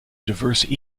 diverse